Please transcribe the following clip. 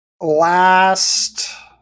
last